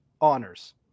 Honors